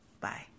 bye